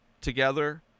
together